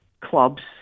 clubs